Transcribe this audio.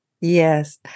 Yes